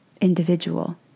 individual